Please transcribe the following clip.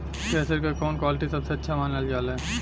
Thresher के कवन quality सबसे अच्छा मानल जाले?